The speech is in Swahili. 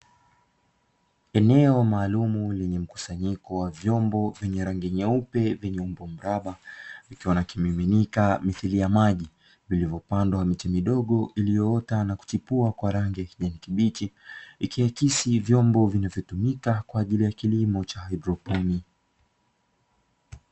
Eneo maalumu lenye mkusanyiko wa vyombo vyenye rangi nyeupe vyenye umbo mraba, vikiwa na kimiminika mithili ya maji, vilivyopandwa miche midogo iliyoota na kuchipua kwa rangi ya kijani kibichi, ikiakisi vyombo vinavyotumika kwa ajili ya kilimo cha haidroponi.